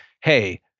hey